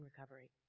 recovery